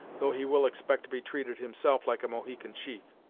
though he will expect to be treated himself like a mohican chief.